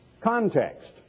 context